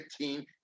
15